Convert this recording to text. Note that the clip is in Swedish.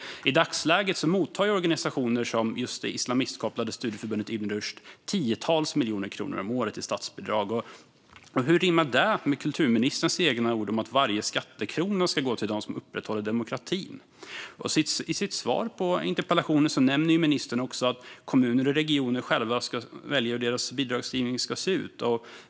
I dagsläget mottar organisationer som just det islamistkopplade studieförbundet Ibn Rushd tiotals miljoner kronor om året i statsbidrag. Hur rimmar detta med kulturministerns egna ord om att varje skattekrona ska gå till dem som upprätthåller demokratin? I sitt svar på interpellationen nämner ministern också att kommuner och regioner själva ska välja hur deras bidragsgivning ska se ut.